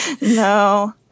No